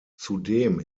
zudem